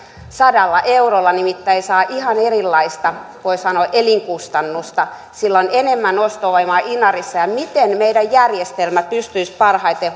sadalla eurolla nimittäin saa ihan erilaista voi sanoa elinkustannusta sillä on enemmän ostovoimaa inarissa miten meidän järjestelmämme pystyisi parhaiten